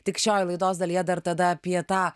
tik šioj laidos dalyje dar tada apie tą